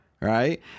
right